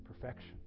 perfection